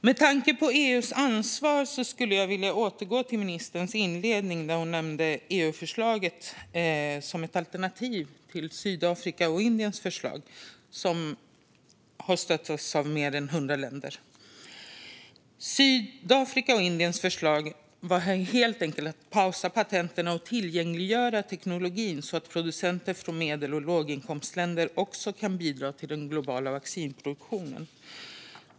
Med tanke på EU:s ansvar skulle jag vilja återgå till ministerns inledning där hon nämnde EU-förslaget som alternativ till Sydafrikas och Indiens förslag, som stöttas av fler än 100 länder. Sydafrikas och Indiens förslag är helt enkelt att pausa patenten och tillgängliggöra teknologin så att producenter från medel och låginkomstländer också kan bidra till den globala vaccinproduktionen.